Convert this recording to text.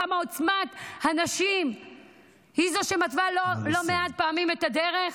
כמה עוצמה נשית היא זו שמתווה לא מעט פעמים את הדרך?